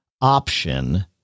option